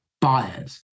buyers